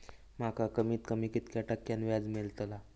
माका कमीत कमी कितक्या टक्क्यान व्याज मेलतला?